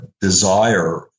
desire